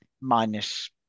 minus